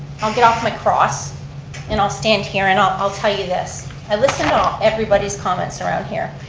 i'll get off my cross and i'll stand here and i'll i'll tell you this. i listened to everybody's comments around here,